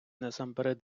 насамперед